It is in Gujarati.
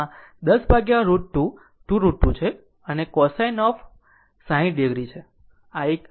આ 10 √ 2 √ 2 છે અને cosine of 60 o છે